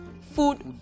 food